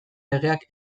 legeak